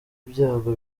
ibyago